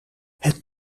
het